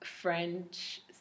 French